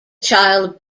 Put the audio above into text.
child